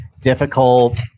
difficult